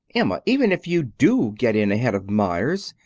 emma, even if you do get in ahead of meyers,